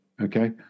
okay